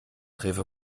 träfe